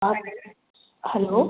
आप हलो